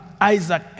Isaac